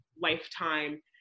lifetime